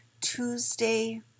Tuesday